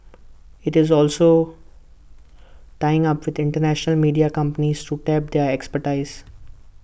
IT is also tying up with International media companies to tap their expertise